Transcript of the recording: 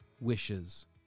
wishes